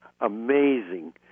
amazing